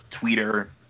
Twitter